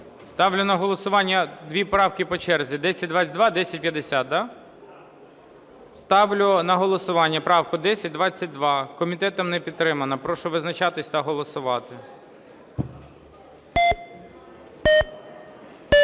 Ставлю на голосування дві правки по черзі: 1022, 1050. Да? Ставлю на голосування правку 1022. Комітетом не підтримана. Прошу визначатись та голосувати.